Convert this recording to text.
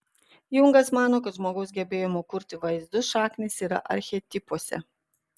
jungas mano kad žmogaus gebėjimo kurti vaizdus šaknys yra archetipuose